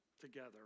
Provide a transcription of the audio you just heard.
together